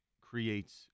creates